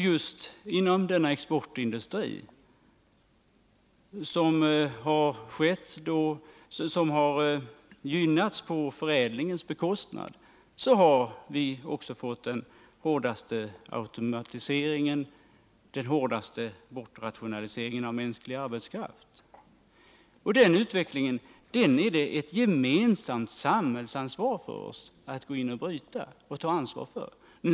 Just inom denna exportindustri, som har gynnats på bekostnad av förädlingsverksamheten, har vi också den hårdaste automatiseringen och den hårdaste bortrationaliseringen av mänsklig arbetskraft. Vi måste ta ett gemensamt samhällsansvar för utvecklingen på detta område och gå in och bryta nuvarande trend.